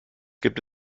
gibt